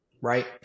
right